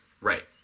Right